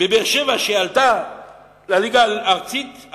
בבאר-שבע שעלתה לליגה הארצית,